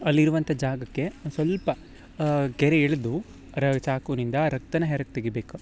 ಅಲ್ಲಿರುವಂಥ ಜಾಗಕ್ಕೆ ಸ್ವಲ್ಪ ಗೆರೆ ಎಳೆದು ರ ಚಾಕುವಿನಿಂದ ರಕ್ತನ ಹೆರ್ಗೆ ತೆಗಿಬೇಕು